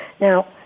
Now